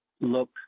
look